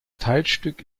teilstück